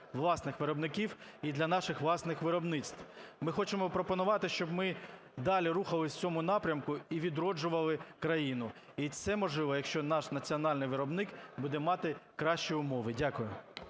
власних виробників і для наших власних виробництв. Ми хочемо пропонувати, щоб ми далі рухалися в цьому напрямку і відроджували країну. І це можливо, якщо наш національний виробник буде мати кращі умови. Дякую.